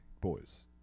boys